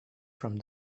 from